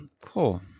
Cool